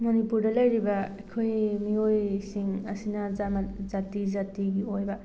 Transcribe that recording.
ꯃꯅꯤꯄꯨꯔꯗ ꯂꯩꯔꯤꯕ ꯑꯩꯈꯣꯏ ꯃꯤꯑꯣꯏꯁꯤꯡ ꯑꯁꯤꯅ ꯖꯥꯠ ꯖꯥꯇꯤ ꯖꯥꯇꯤꯒꯤ ꯑꯣꯏꯕ